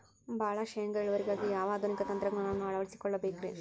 ಭಾಳ ಶೇಂಗಾ ಇಳುವರಿಗಾಗಿ ಯಾವ ಆಧುನಿಕ ತಂತ್ರಜ್ಞಾನವನ್ನ ಅಳವಡಿಸಿಕೊಳ್ಳಬೇಕರೇ?